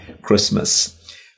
Christmas